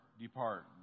depart